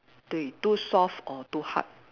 对 too soft or too hard